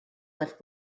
with